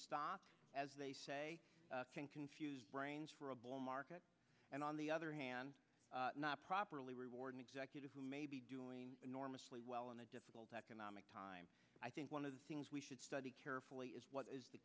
stock as they can confuse brains for a bull market and on the other hand not properly reward an executive who may be doing enormously well in a difficult economic time i think one of the things we should study carefully is what is the